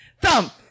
Thump